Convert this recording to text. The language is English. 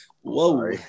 Whoa